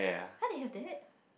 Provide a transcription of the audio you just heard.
how did you have the head